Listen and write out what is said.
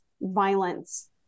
violence